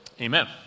Amen